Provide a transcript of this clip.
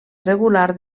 regular